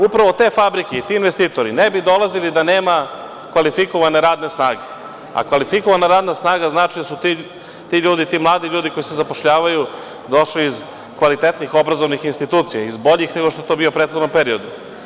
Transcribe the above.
Upravo te fabrike i ti investitori ne bi dolazili da nema kvalifikovane radne snage, a kvalifikovana radna snaga znači da su ti ljudi, ti mladi ljudi koji se zapošljavaju došli iz kvalitetnih obrazovnih institucija, iz boljih nego što je to bilo u prethodnom periodu.